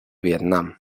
vietnam